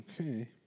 Okay